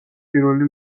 პირველი